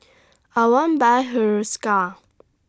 I want Buy Hiruscar